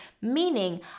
meaning